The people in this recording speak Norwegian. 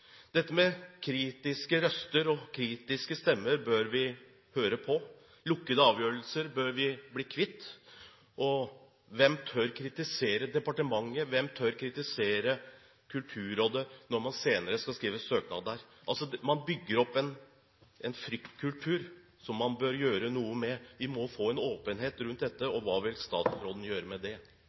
Kritiske røster og kritiske stemmer bør vi høre på. Lukkede avgjørelser bør vi bli kvitt. Hvem tør kritisere departementet, hvem tør kritisere Kulturrådet når man senere skal sende en søknad dit? Man bygger opp en fryktkultur som man bør gjøre noe med. Vi må få en åpenhet rundt dette. Hva vil statsråden gjøre med det?